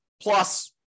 plus